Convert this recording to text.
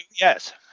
Yes